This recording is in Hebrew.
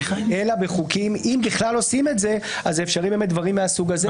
אלא בחוקים אם בכלל עושים את זה אז זה אפשר באמת בדברים מהסוג הזה.